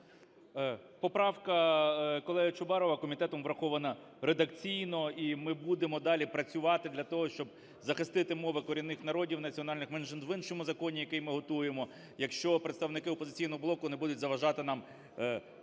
Поправка колеги Чубарова комітетом врахована редакційно, і ми будемо далі працювати для того, щоб захистити мови корінних народів і національних меншин в іншому законі, який ми готуємо, якщо представники "Опозиційного блоку" не будуть заважати нам